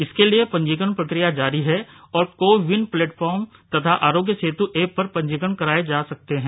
इसके लिए पंजीकरण प्रकिया जारी है और को विन प्लेटफॉर्म तथा आरोग्य सेतु एप पर पंजीकरण कराये जा सकते हैं